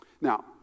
Now